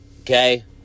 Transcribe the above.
Okay